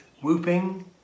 whooping